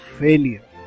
failure